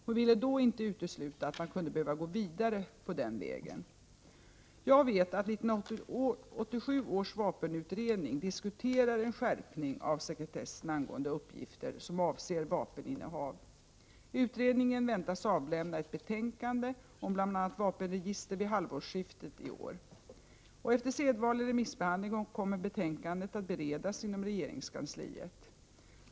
Hon ville då inte utesluta att man kunde behöva gå vidare på den vägen. Jag vet att 1987 års vapenutredning diskuterar en skärpning av sekretessen angående uppgifter som avser vapeninnehav. Utredningen väntas avlämna ett betänkande om bl.a. vapenregister vid halvårsskiftet i år. id Efter sedvanlig remissbehandling kommer betänkandet att beredas inom regeringskansliet.